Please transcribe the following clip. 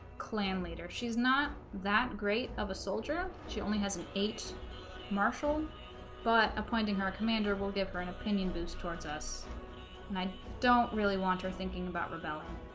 clan leader she's not that great of a soldier she only has an eighth marshal but appointing her commander will give her an opinion boost towards us and i don't really want her thinking about rebellion